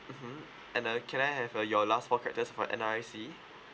mmhmm and the can I have uh your last four character for N_R_I_C